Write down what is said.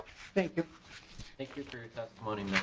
thank ah thank you for your testimony.